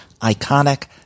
iconic